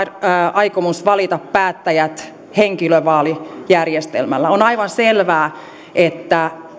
aikomus valita päättäjät henkilövaalijärjestelmällä on aivan selvää että